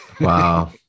Wow